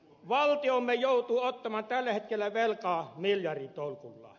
valtiomme joutuu ottamaan tällä hetkellä velkaa miljarditolkulla